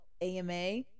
AMA